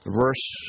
verse